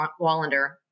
Wallander